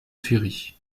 ferry